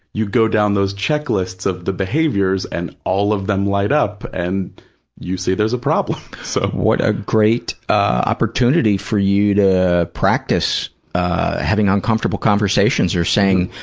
you go down those checklists of the behaviors and all of them light up, up, and you see there's a problem, so. what a great opportunity for you to practice having uncomfortable conversations or saying,